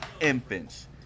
infants